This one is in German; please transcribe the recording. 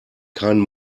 keinen